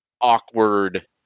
awkward